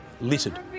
Littered